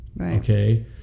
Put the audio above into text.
okay